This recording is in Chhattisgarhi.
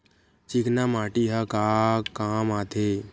चिकना माटी ह का काम आथे?